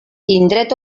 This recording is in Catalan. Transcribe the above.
indret